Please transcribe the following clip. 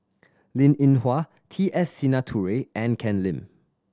Linn In Hua T S Sinnathuray and Ken Lim